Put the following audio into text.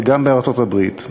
וגם בארצות-הברית.